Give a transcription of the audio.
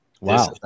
Wow